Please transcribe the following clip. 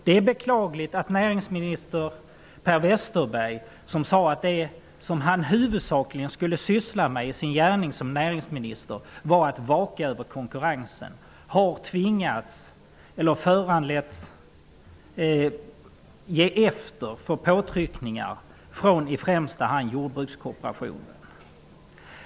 Det är beklagligt att Per Westerberg, som sade att det han huvudsakligen skulle syssla med i sin gärning som näringsminister var att vaka över konkurrensen, har föranletts att ge efter för påtryckningar från i främsta hand jordbrukskooperationen.